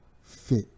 fit